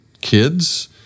kids